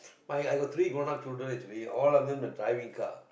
my I got three grown up children actually all of them are driving car